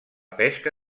pesca